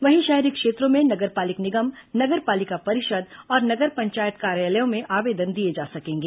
वहीं शहरी क्षेत्रों में नगर पालिक निगम नगर पालिका परिषद और नगर पंचायत कार्यालयों में आवेदन दिए जा सकेंगे